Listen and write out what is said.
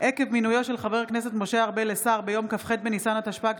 עקב מינויו של חבר הכנסת משה ארבל לשר ביום כ"ח בניסן התשפ"ג,